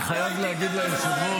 לא, לא, סליחה.